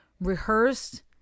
rehearsed